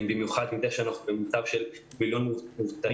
במיוחד כשאנחנו במצב של מיליון מובטלים